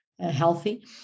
healthy